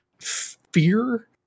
fear